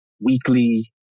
weekly